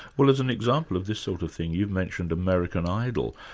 well, as an example of this sort of thing, you've mentioned american idol.